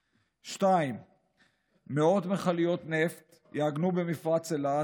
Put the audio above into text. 2. מאות מכליות נפט יעגנו במפרץ אילת,